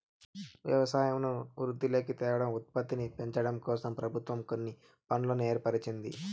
వ్యవసాయంను వృద్ధిలోకి తేవడం, ఉత్పత్తిని పెంచడంకోసం ప్రభుత్వం కొన్ని ఫండ్లను ఏర్పరిచింది